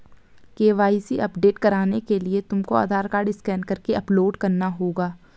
KYC update करने के लिए तुमको आधार कार्ड स्कैन करके अपलोड करना होगा